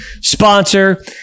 sponsor